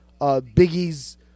Biggie's